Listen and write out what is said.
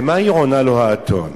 ומה עונה לו האתון?